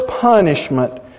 punishment